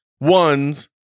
ones